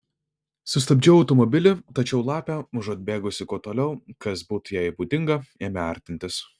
sustabdžiau automobilį tačiau lapė užuot bėgusi kuo toliau kas būtų jai būdinga ėmė artintis